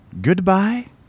Goodbye